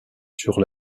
sur